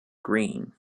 green